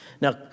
Now